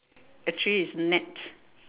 actually it's net